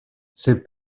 ses